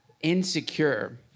insecure